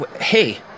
Hey